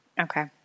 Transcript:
Okay